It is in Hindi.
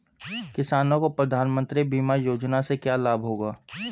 किसानों को प्रधानमंत्री बीमा योजना से क्या लाभ होगा?